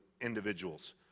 individuals